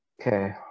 Okay